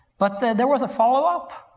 but there there was a follow up.